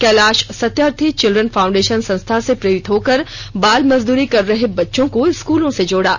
Kailash Satyarthi children foundation संस्था से प्रेरित होकर बाल मजदूरी कर रहे बच्चों को स्कूलों से जोड़ा